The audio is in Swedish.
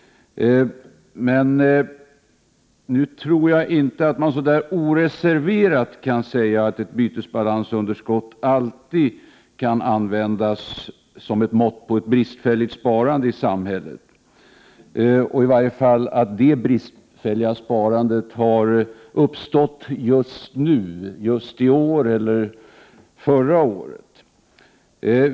Men nu tror jag inte att man så där oreserverat kan säga att ett bytesbalansunderskott alltid kan användas som mått på ett bristfälligt sparande i samhället och i varje fall inte tas till intäkt för att detta bristfälliga sparande uppstått just i år eller förra året.